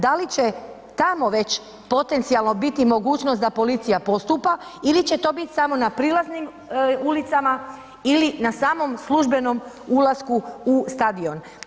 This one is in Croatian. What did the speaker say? Da li će tamo već potencijalno biti mogućnost da policija postupa ili će to biti samo na prilaznim ulicama ili na samom službenom ulasku u stadion.